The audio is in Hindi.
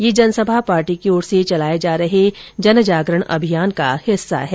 ये जनसभा पार्टी की ओर से चलाये जा रहे जनजागरण अभियान का हिस्सा है